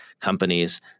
companies